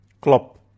Klopp